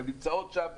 הן נמצאות שם,